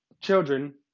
children